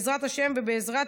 בעזרת השם ובעזרת